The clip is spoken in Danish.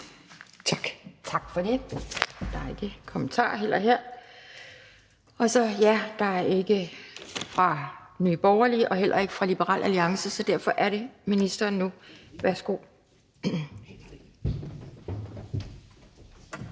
Tak for det. Der er heller ikke her nogen kommentarer. Der er ingen ordfører til stede fra Nye Borgerlige og heller ikke fra Liberal Alliance, så derfor er det nu ministeren. Værsgo.